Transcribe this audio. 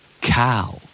cow